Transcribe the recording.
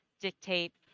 dictate